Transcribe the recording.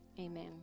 Amen